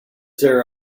there